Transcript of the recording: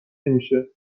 نمیشه